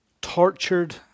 tortured